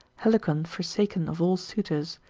helicon forsaken of all suitors,